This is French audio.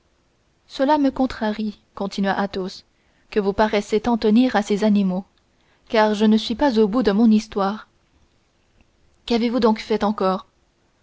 cela me contrarie continua athos que vous paraissiez tant tenir à ces animaux car je ne suis pas au bout de mon histoire qu'avez-vous donc fait encore